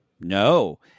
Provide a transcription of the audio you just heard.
No